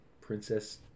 Princess